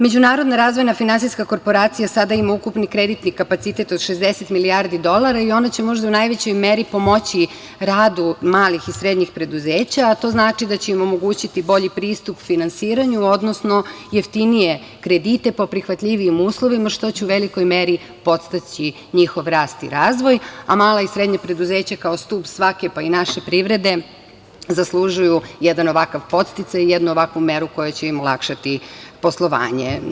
Međunarodna razvoja finansijska korporacija sada ima ukupni kreditni kapacitet od 60 milijardi dolara i ona će možda u najvećoj meri pomoći radu malih i srednjih preduzeća, a to znači da će im omogućiti bolji pristup finansiranju, odnosno jeftinije kredite po prihvatljivijim uslovima, što će u velikoj meri podstaći njihov rast i razvoj, a mala i srednja preduzeća kao stub svake, pa i naše privrede zaslužuju jedan ovakav podsticaj i jednu ovakvu meru koja će im olakšati poslovanje.